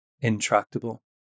intractable